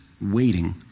waiting